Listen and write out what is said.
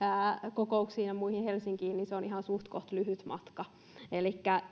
kokouksiin ja muihin helsinkiin se matka on ihan suhtkoht lyhyt elikkä